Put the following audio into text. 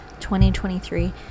2023